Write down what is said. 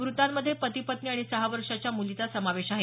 मृतांमध्ये पती पत्नी आणि सहा वर्षाच्या मुलीचा समावेश आहे